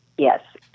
Yes